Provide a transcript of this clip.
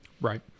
Right